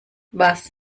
was